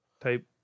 type